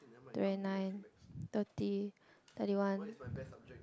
twenty nine thirty thirty one